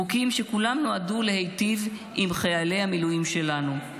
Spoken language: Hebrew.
חוקים שכולם נועדו להטיב עם חיילים המילואים שלנו.